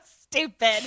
stupid